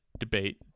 debate